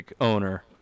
owner